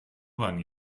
bahn